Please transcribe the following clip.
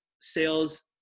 sales